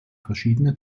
verschiedene